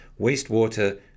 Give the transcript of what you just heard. wastewater